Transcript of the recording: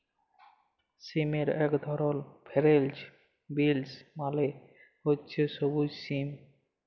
সিমের ইক ধরল ফেরেল্চ বিলস মালে হছে সব্যুজ সিম